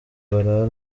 barara